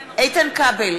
כבל,